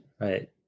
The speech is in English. Right